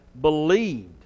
believed